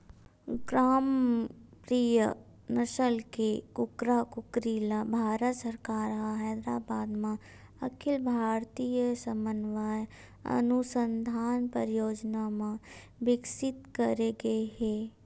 ग्रामप्रिया नसल के कुकरा कुकरी ल भारत सरकार ह हैदराबाद म अखिल भारतीय समन्वय अनुसंधान परियोजना म बिकसित करे गे हे